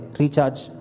recharge